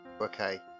okay